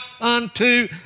unto